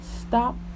Stop